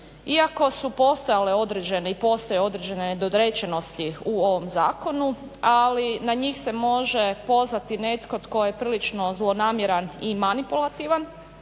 iako su postojale određene i postoje određene nedorečenosti u ovom zakonu, ali na njih se može pozvati netko tko je prilično zlonamjeran i manilipulaktivan